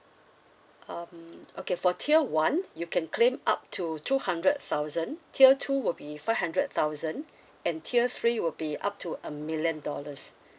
um okay okay for tier one you can claim up to two hundred thousand tier two will be five hundred thousand and tier three will be up to a million dollars